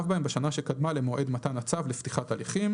בהם בשנה שקדמה למועד מתן הצו לפתיחת הליכים."